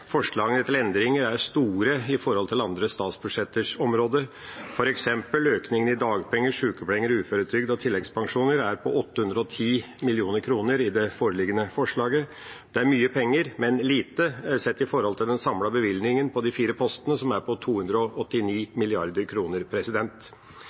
Forslagene til endringer er store i forhold til andre statsbudsjetters områder, f.eks. er økningene i dagpenger, sjukepenger, uføretrygd og tilleggspensjoner på 810 mill. kr i det foreliggende forslaget. Det er mye penger, men lite sett i forhold til den samlede bevilgningen på de fire postene, som er på